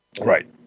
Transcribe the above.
Right